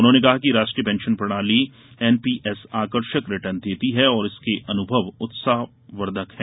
उन्होंने कहा कि राष्ट्रीय पेंशन प्रणाली एन पी एस आकर्षक रिटर्न देती है और इसके अनुभव उत्साहवर्धक हैं